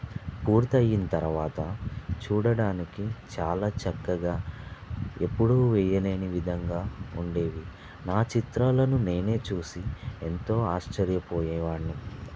పూర్తి అయిన తరువాత చూడడానికి చాలా చక్కగా ఎప్పుడు వెయ్యలేని విధంగా ఉండేవి నా చిత్రాలను నేనే చూసి ఎంతో ఆశ్చర్యపోయేవాడ్ని